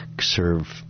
serve